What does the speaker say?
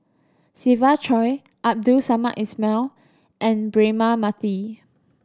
Siva Choy Abdul Samad Ismail and Braema Mathi